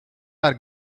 are